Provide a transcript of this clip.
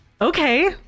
Okay